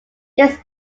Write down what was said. this